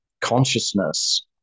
consciousness